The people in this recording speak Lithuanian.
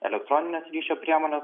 elektroninės ryšio priemones